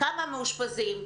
כמה מאושפזים,